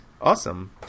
Awesome